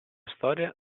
storia